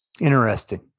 Interesting